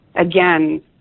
Again